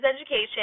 education